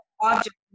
object